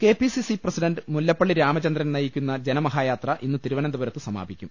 K P C C president Mullappally Ramachandran നയിക്കുന്ന ജനമഹായാത്ര ഇന്ന് തിരുവനന്തപുരത്ത് സമാപിക്കും